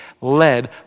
led